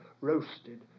roasted